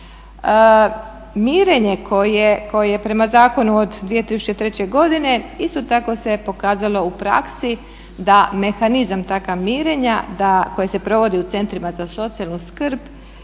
Mirenje koje je prema Zakonu od 2003. godine isto tako se pokazalo u praksi da mehanizam takav mirenja koje se provodi u centrima za socijalnu skrb